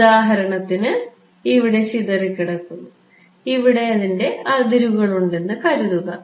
ഉദാഹരണത്തിന് ഇവിടെ ചിതറിക്കിടക്കുന്നു ഇവിടെ എന്റെ അതിരുകൾ ഉണ്ടെന്ന് കരുതുക